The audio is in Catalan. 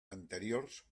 anteriors